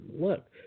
look